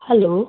hello